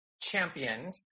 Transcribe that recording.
championed